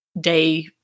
day